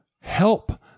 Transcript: help